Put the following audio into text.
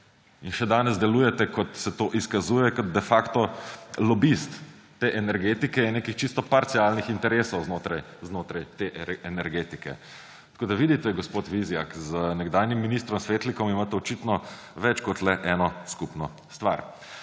In še danes delujete, kot se to izkazuje kot de facto, lobist te energetike, nekih čisto parcialnih interesov znotraj te energetike. Vidite, gospod Vizjak, z nekdanjim ministrom Svetlikom imate očitno več kot le eno skupno stvar.